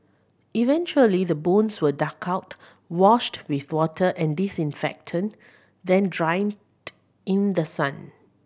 eventually the bones were dug out washed with water and disinfectant then dried in the sun